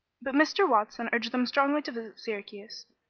but mr. watson urged them strongly to visit syracuse,